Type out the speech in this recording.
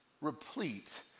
replete